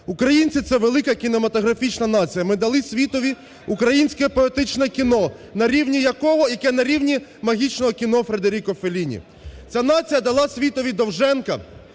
Українці – це велика кінематографічна нація, ми дали світові українське поетичне кіно, на рівні якого, яке на рівні магічного кіно Федеріко Фелліні. Ця нація дала світові Довженка.